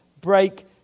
break